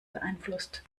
beeinflusst